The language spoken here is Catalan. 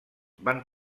van